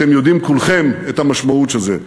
אתם יודעים כולכם את המשמעות של זה.